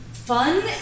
fun